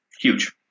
Huge